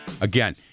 Again